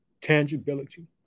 Tangibility